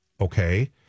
okay